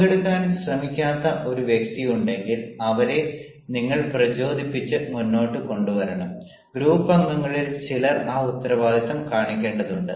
പങ്കെടുക്കാൻ ശ്രമിക്കാത്ത ഒരു വ്യക്തി ഉണ്ടെങ്കിൽ അവരെ നിങ്ങൾ പ്രചോദപ്പിച്ച് മുന്നോട്ടു കൊണ്ടുവരണം ഗ്രൂപ്പ് അംഗങ്ങളിൽ ചിലർ ആ ഉത്തരവാദിത്തം കാണിക്കേണ്ടതുണ്ട്